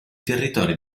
territori